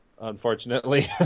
unfortunately